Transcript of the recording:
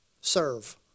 Serve